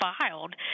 filed